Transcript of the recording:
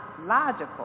logical